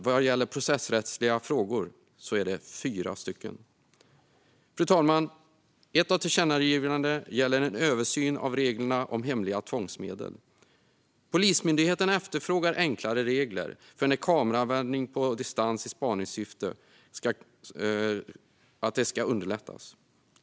Vad gäller processrättsliga frågor är det 4 stycken. Fru talman! Ett av tillkännagivandena gäller en översyn av reglerna om hemliga tvångsmedel. Polismyndigheten efterfrågar enklare regler för att kameraanvändning på distans i spaningssyfte ska kunna underlättas.